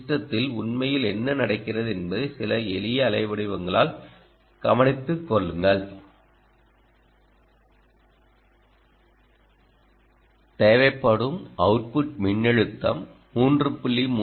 சிஸ்டத்தில் உண்மையில் என்ன நடக்கிறது என்பதை சில எளிய அலைவடிவங்களால் கவனித்துக்கொள்ளுங்கள் தேவைப்படும் அவுட்புட் மின்னழுத்தம் 3